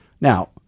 Now –